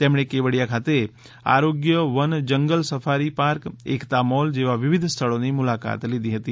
તેમણે કેવડિયા ખાતે Arogya Van jungle safari park Ekta mall જેવા વિવિધ સ્થળોની મુલાકાત લીધી હતી